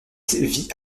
vit